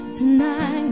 tonight